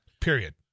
period